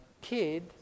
kid